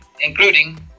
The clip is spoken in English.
including